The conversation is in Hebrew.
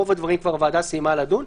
על רוב הדברים הוועדה כבר סיימה לדון.